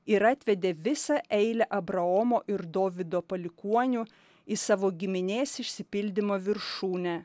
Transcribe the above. ir atvedė visą eilę abraomo ir dovydo palikuonių į savo giminės išsipildymo viršūnę